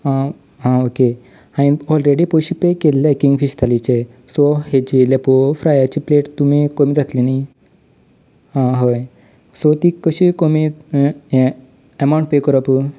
हां हां ओके हांवें ऑलरेडी पयशे पे केल्ले कींग फीश थालीचे सो हाची लेपो फ्रायाची प्लेट तुमी करूंक जातलें न्हय आं हय सो ती कशी कमी ए ए एमावट पे करप